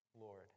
Lord